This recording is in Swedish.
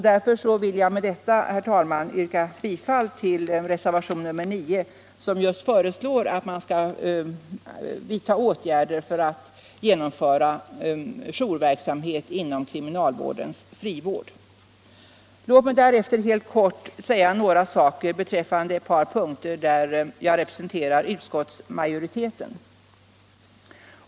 Därför ber jag med detta att få yrka bifall till reservationen 9, vari just föreslås att man skall vidta åtgärder för att genomföra en jourverksamhet inom kriminalvårdens frivård. Låt mig därefter helt kort säga några ord beträffande ett par punkter där jag representerar utskottsmajoriteten.